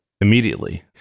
immediately